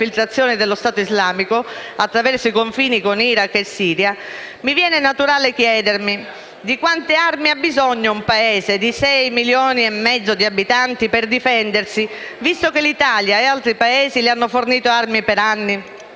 infiltrazioni dello Stato Islamico attraverso i confini con Iraq e Siria, mi viene naturale chiedermi: di quante armi ha bisogno un Paese di 6,5 milioni di abitanti per difendersi, visto che l'Italia e altri Paesi hanno fornito armi per anni?